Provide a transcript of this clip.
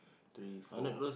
three four